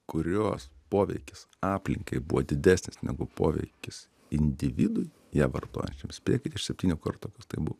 kurios poveikis aplinkai buvo didesnis negu poveikis individui ją vartojančiam spėkit iš septynių kartų kas tai buvo